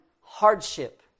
hardship